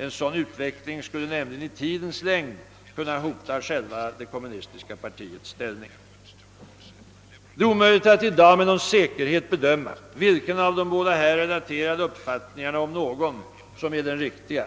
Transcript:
En sådan utveckling skulle i tidens längd kunna hota själva de kommunistiska partiernas ställning. Det är omöjligt att i dag med någon säkerhet bedöma vilken av de båda här relaterade uppfattningarna, om någon, är den rätta: